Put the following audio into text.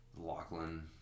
Lachlan